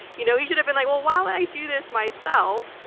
you know, he should have been like, well while i do this myself,